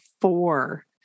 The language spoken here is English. four